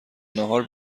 ناهار